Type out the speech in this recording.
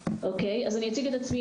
אני אציג את עצמי,